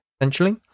essentially